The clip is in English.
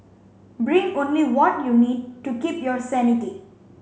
bring only what you need to keep your sanity